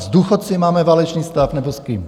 S důchodci máme válečný stav, nebo s kým?